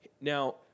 Now